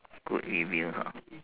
good reviews ah